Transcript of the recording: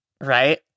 Right